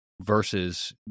versus